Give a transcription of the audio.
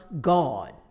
God